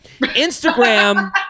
Instagram